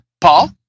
Paul